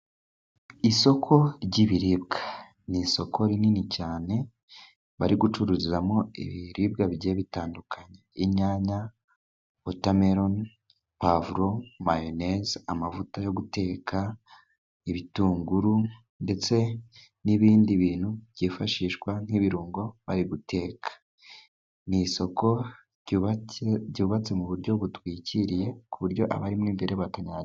Isoko ry'ibiribwa, ni isoko rinini cyane bari gucururizamo ibiribwa bigiye bitandukanye, inyanya, wotameroni, puwavuro, mayoneze, amavuta yo guteka, ibitunguru ndetse n'ibindi bintu byifashishwa nk'ibirungo bari guteka, ni isoko ryubatse mu buryo butwikiriye ku buryo abarimo imbere ba batanyagirwa.